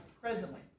presently